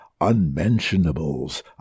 unmentionables